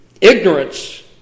Ignorance